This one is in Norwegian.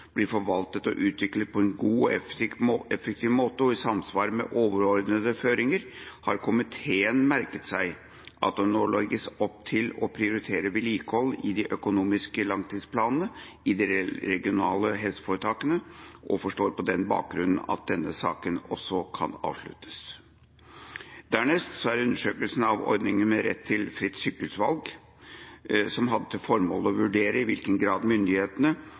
blir forvaltet og utviklet på en god og effektiv måte og i samsvar med overordnede føringer, har komiteen merket seg at det nå legges opp til å prioritere vedlikehold i de økonomiske langtidsplanene i de regionale helseforetakene – og forstår på den bakgrunn at denne saken også kan avsluttes. Dernest kommer undersøkelsen av ordninga med fritt sykehusvalg, som hadde som formål å vurdere i hvilken grad myndighetene